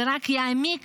זה רק יעמיק